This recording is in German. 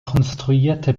konstruierte